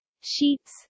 sheets